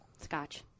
Scotch